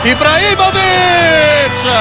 Ibrahimovic